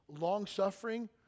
long-suffering